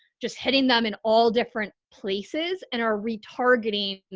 just heading them in all different places. and our retargeting,